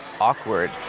awkward